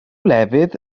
lefydd